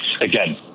again